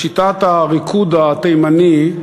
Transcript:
בשיטת הריקוד התימני,